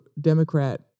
Democrat